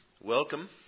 Welcome